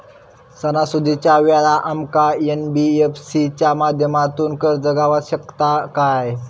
सणासुदीच्या वेळा आमका एन.बी.एफ.सी च्या माध्यमातून कर्ज गावात शकता काय?